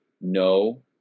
No